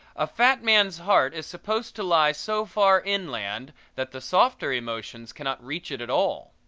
a fat man's heart is supposed to lie so far inland that the softer emotions cannot reach it at all.